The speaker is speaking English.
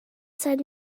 said